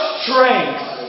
strength